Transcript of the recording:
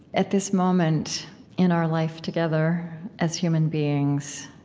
at this moment in our life together as human beings,